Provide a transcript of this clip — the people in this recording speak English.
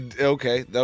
okay